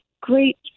Great